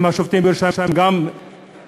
האם השופטים בירושלים גם נגמרו,